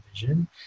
vision